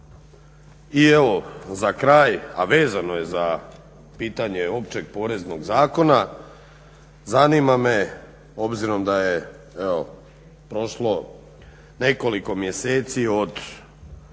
I evo za kraj, a vezano je za pitanje Opće poreznog zakona zanima me obzirom da je prošlo nekoliko mjeseci od